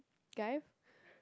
guy